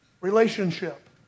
relationship